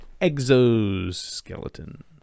exoskeleton